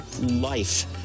life